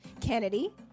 Kennedy